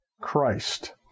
Christ